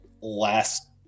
last